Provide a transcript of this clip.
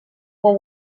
for